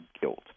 guilt